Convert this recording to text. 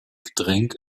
getränk